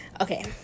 Okay